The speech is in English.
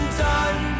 done